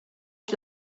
het